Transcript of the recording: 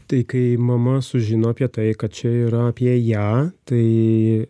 tai kai mama sužino apie tai kad čia yra apie ją tai